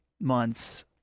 months